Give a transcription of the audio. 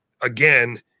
again